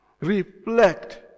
reflect